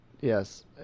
Yes